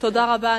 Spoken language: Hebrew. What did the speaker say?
תודה רבה.